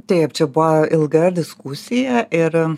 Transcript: taip čia buvo ilga diskusija ir